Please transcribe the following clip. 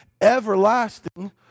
everlasting